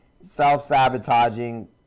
self-sabotaging